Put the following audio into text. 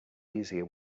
easier